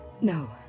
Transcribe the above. No